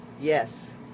Yes